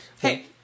Hey